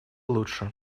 лучше